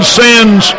sins